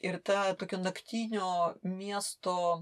ir ta tokio naktinio miesto